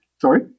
sorry